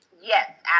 yes